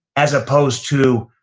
as opposed to,